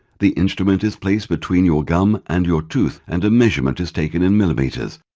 the instrument is placed between your gum and your tooth and a measurement is taken in millimeters.